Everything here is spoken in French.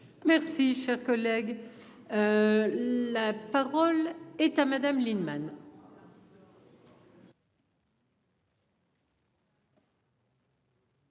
Merci cher collègue. La parole est à Madame Lienemann.